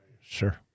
Sure